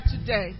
today